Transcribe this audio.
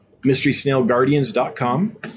mysterysnailguardians.com